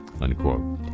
Unquote